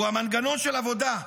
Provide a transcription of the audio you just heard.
הוא המנגנון של עבודה.